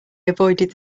avoided